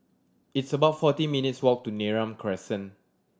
it's about forty minutes' walk to Neram Crescent